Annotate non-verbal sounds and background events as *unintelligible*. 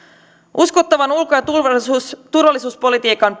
uskottavan ulko ja turvallisuuspolitiikan *unintelligible*